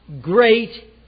great